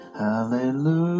hallelujah